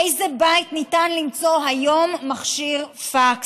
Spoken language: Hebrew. באיזה בית ניתן למצוא היום מכשיר פקס?